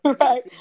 right